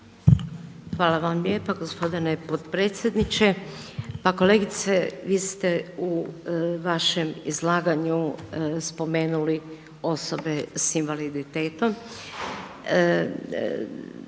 Hvala vam lijepa gospodine potpredsjedniče. Pa kolegice vi ste u vašem izlaganju spomenuli osobe sa invaliditetom.